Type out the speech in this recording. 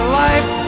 life